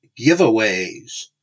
giveaways